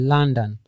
London